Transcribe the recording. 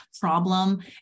problem